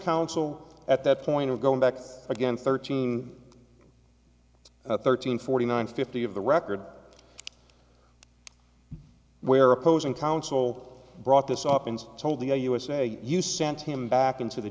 counsel at that point of going back through again thirteen thirteen forty nine fifty of the record where opposing counsel brought this up and told the usa you sent him back into the